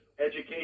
education